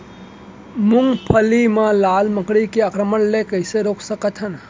मूंगफली मा लाल मकड़ी के आक्रमण ला कइसे रोक सकत हन?